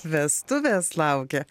vestuvės laukia